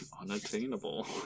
unattainable